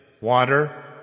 water